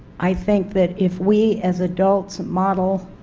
i think that if we as adults model